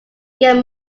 get